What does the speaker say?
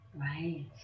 right